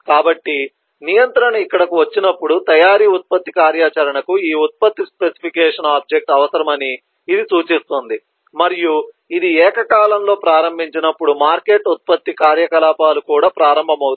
కాబట్టి నియంత్రణ ఇక్కడకు వచ్చినప్పుడు తయారీ ఉత్పత్తి కార్యాచరణకు ఈ ఉత్పత్తి స్పెసిఫికేషన్ ఆబ్జెక్ట్ అవసరమని ఇది సూచిస్తుంది మరియు ఇది ఏకకాలంలో ప్రారంభించినప్పుడు మార్కెట్ ఉత్పత్తి కార్యకలాపాలు కూడా ప్రారంభమవుతాయి